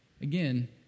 Again